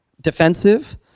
defensive